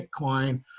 Bitcoin